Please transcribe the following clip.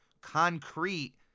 concrete